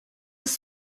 was